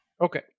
Okay